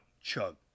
chug